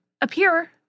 appear